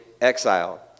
exile